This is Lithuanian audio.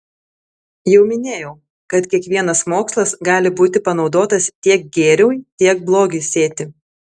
jau minėjau kad kiekvienas mokslas gali būti panaudotas tiek gėriui tiek blogiui sėti